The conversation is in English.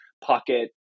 pocket